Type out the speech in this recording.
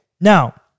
Now